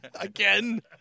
again